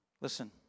Listen